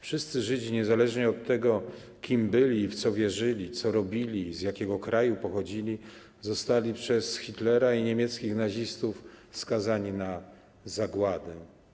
Wszyscy Żydzi, niezależnie od tego, kim byli i w co wierzyli, co robili, z jakiego kraju pochodzili, zostali przez Hitlera i niemieckich nazistów skazani na zagładę.